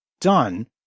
done